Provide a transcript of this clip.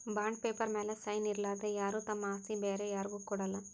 bond paper ಮ್ಯಾಲ್ sign ಇರಲಾರ್ದೆ ಯಾರು ತಮ್ ಆಸ್ತಿ ಬ್ಯಾರೆ ಯಾರ್ಗು ಕೊಡಲ್ಲ